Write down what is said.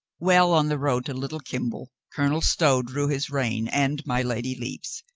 well on the road to little kimble, colonel stow drew his rein and my lady lepe's.